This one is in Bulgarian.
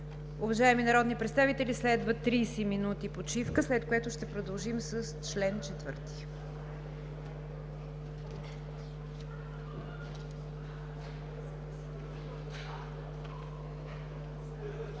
Уважаеми народни представители, следва 30 минути почивка, след което ще продължим с чл. 4.